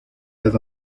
las